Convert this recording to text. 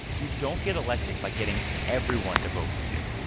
you don't get elected by getting everyone to vote for you.